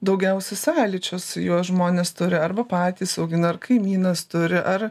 daugiausiai sąlyčio su juo žmonės turi arba patys augina ar kaimynas turi ar